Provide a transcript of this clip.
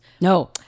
No